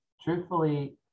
truthfully